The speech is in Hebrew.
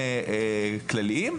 מעסיקים כלליים,